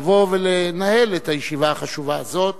לבוא ולנהל את הישיבה החשובה הזאת.